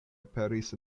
aperis